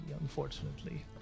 unfortunately